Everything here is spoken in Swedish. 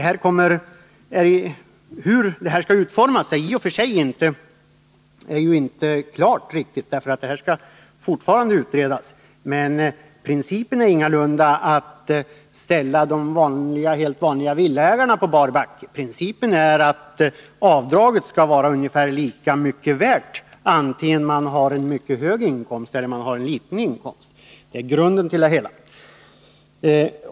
Hur detta skall utformas är i och för sig inte riktigt klart, eftersom denna fråga ytterligare skall utredas. Men principen är ingalunda att ställa de vanliga villaägarna på bar backe. Principen är att avdraget skall vara ungefär lika mycket värt, vare sig man har en mycket hög inkomst eller en liten inkomst. Det är grunden till det hela.